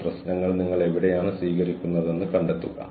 ഒപ്പം ഞാൻ അത് എന്റെ സഹപ്രവർത്തകരുമായി പങ്കിട്ടു